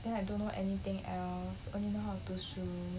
then like don't know anything else only know how to 读书